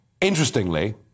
Interestingly